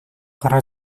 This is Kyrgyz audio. кара